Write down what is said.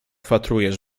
wpatrujesz